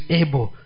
able